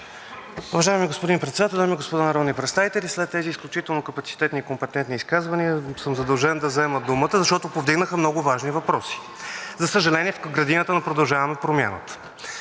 Уважаеми господин Председател, дами и господа народни представители! След тези изключително капацитетни и компетентни изказвания съм задължен да взема думата, защото повдигнаха много важни въпроси, за съжаление, в градината на „Продължаваме Промяната“.